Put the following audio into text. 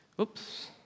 Oops